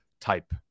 type